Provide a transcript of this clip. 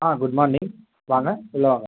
ஆ good morning வாங்க உள்ளே வாங்க